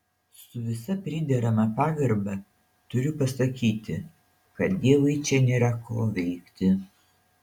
su visa priderama pagarba turiu pasakyti kad dievui čia nėra ko veikti